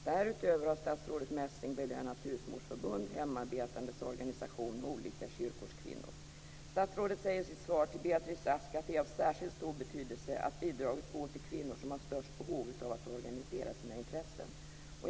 Därutöver har statsrådet Messing belönat husmodersförbund, hemarbetandes organisationer och olika kyrkors kvinnor. Statsrådet säger i sitt svar till Beatrice Ask att det är av särskild stor betydelse att bidraget går till kvinnor som har störst behov av att organisera sina intressen.